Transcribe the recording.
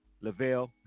Lavelle